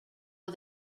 are